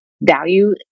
value